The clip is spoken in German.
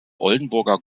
oldenburger